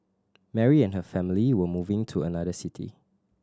Mary and her family were moving to another city